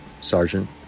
Sergeant